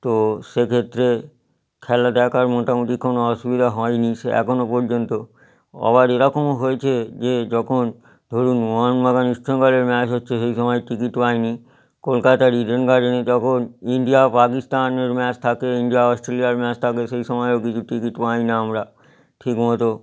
তো সেক্ষেত্রে খেলা দেখার মোটামুটি কোনো অসুবিধা হয়নি সে এখনও পর্যন্ত ও আবার এরকমও হয়েছে যে যখন ধরুন মোহনবাগান ইস্ট বেঙ্গলের ম্যাচ হচ্ছে সেই সময় টিকিট পাইনি কলকাতার ইডেন গার্ডেনে যখন ইন্ডিয়া পাকিস্তানের ম্যাচ থাকে ইন্ডিয়া অস্ট্রেলিয়ার ম্যাচ থাকে সেই সময়ও কিছু টিকিট পাই না আমরা ঠিক মতো